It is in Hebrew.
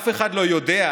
אף אחד לא יודע,